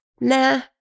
nah